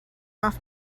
off